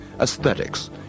aesthetics